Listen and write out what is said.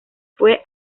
fue